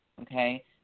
Okay